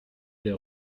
des